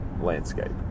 landscape